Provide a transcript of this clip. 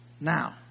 now